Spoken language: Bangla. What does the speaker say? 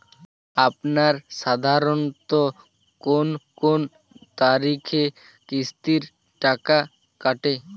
আপনারা সাধারণত কোন কোন তারিখে কিস্তির টাকা কাটে?